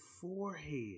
forehead